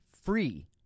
free